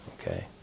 Okay